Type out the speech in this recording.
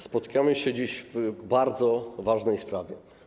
Spotykamy się dziś w bardzo ważnej sprawie.